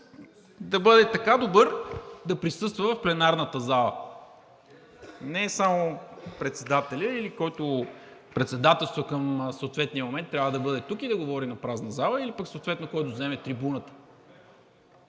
да бъде така добър да присъства в пленарната зала. Не само председателят или който председателства към съответния момент трябва да бъде тук и да говори на празна зала или пък съответно, който излезе на трибуната.